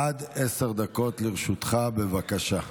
עד עשר דקות לרשותך, בבקשה.